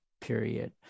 period